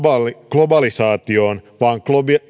globalisaatioon vaan